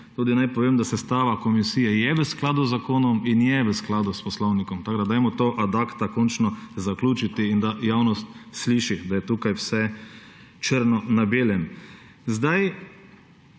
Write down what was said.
tudi povem, da sestava komisije je v skladu z zakonom in je v skladu s poslovnikom. Tako dajmo to ad acta končno zaključiti in da javnost sliši, da je tukaj vse črno na belem. Kaj